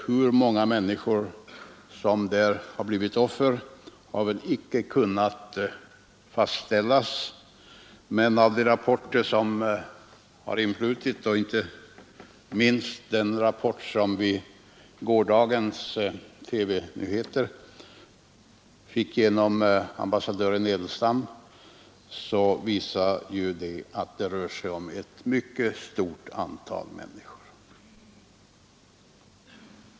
Hur många människor som blivit offer för detta har inte kunnat fastställas, men de rapporter som influtit — inte minst den rapport som vi fick genom ambassadör Edelstam i gårdagens TV-nyheter — visar att det rör sig om ett mycket stort antal människor.